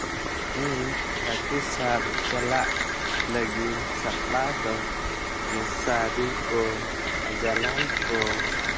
ᱤᱧ ᱦᱟᱹᱠᱩ ᱥᱟᱵ ᱪᱟᱞᱟᱜ ᱞᱟᱹᱜᱤᱫ ᱥᱟᱯᱲᱟᱣ ᱫᱚ ᱢᱚᱥᱟᱨᱤ ᱠᱚ ᱟᱨ ᱡᱟᱞᱟᱢ ᱠᱚ